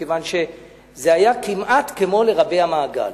מכיוון שזה היה כמעט כמו לרבע מעגל,